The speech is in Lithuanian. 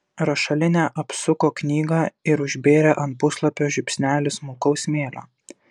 rašalinė apsuko knygą ir užbėrė ant puslapio žiupsnelį smulkaus smėlio